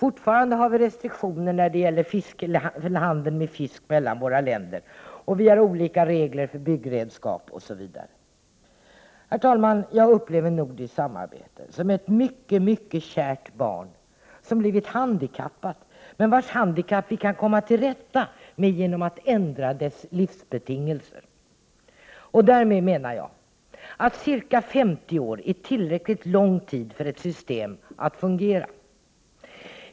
Och vi har fortfarande restriktioner för handeln med fisk mellan våra länder. Vi har dessutom olika regler för byggredskap osv. Herr talman! Jag upplever nordiskt samarbete som ett mycket kärt barn som blivit handikappat, men vars handikapp vi kan komma till rätta med genom att ändra dess livsbetingelser. Jag menar att ca 50 år är tillräckligt lång tid för att ett system skall fungera.